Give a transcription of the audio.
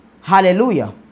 Hallelujah